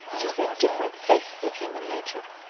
as you said, different faces of human nature.